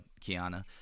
Kiana